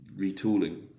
retooling